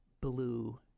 blue